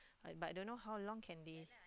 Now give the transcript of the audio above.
but I don't know how long can they